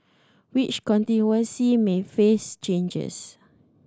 which may face changes